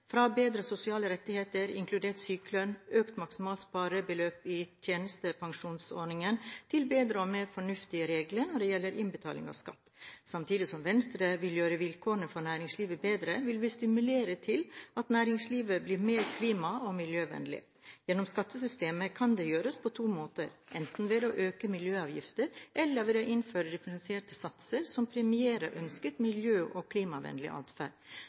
fra bedre sosiale rettigheter, inkludert sykelønn og økt maksimalt sparebeløp i tjenestepensjonsordning, til bedre og mer fornuftige regler når det gjelder innbetaling av skatt. Samtidig som Venstre vil gjøre vilkårene for næringslivet bedre, vil vi stimulere til at næringslivet blir mer klima- og miljøvennlig. Gjennom skattesystemet kan det gjøres på to måter: enten ved å øke miljøavgiftene, eller ved å innføre differensierte satser som premierer ønsket miljø- og klimavennlig atferd.